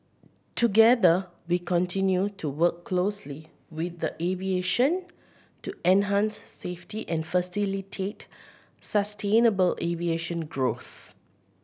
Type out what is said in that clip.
together we continue to work closely with the aviation to enhance safety and facilitate sustainable aviation growth